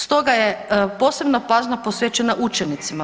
Stoga je posebna pažnja posvećena učenicima.